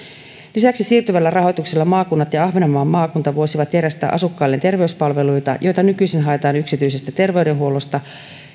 lisäksi siirtyvällä rahoituksella maakunnat ja ahvenanmaan maakunta voisivat järjestää asukkailleen terveyspalveluita joita nykyisin haetaan yksityisestä terveydenhuollosta